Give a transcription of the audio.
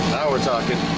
our talking